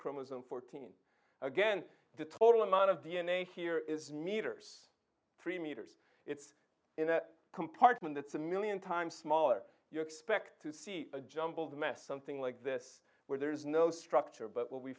chromosome fourteen again the total amount of d n a here is meters three meters in a compartment that's a million times smaller you expect to see a jumbled mess something like this where there is no structure but w